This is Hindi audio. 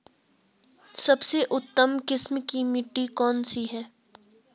सबसे उत्तम किस्म की मिट्टी कौन सी है?